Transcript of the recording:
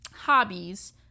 hobbies